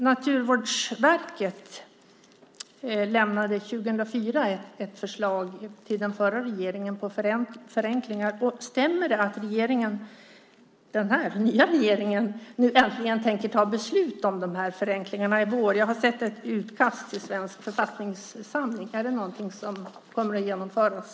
Naturvårdsverket lämnade 2004 till den förra regeringen ett förslag på förenklingar. Stämmer det att den nya regeringen nu äntligen tänker fatta beslut om dessa förenklingar? Jag har sett ett utkast till Svensk författningssamling. Är det någonting som kommer att genomföras?